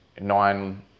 nine